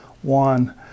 One